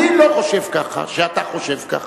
אני לא חושב שאתה חושב ככה,